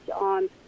on